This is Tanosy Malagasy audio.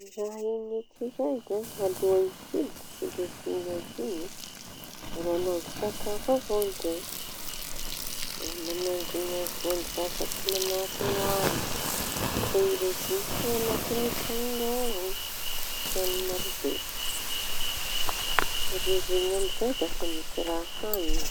Raha ahian'ny ekiray aloha hiditsy ny ririñy iñy. Da mañango sakafo avao ndreo da mañangona voan-javatry mañahaky noa iñy. Da tehiriziñy soa añatinñy trañony ao avao ririnñy amizay da fa misy raha hañy izy.